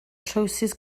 trowsus